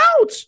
out